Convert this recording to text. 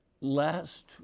last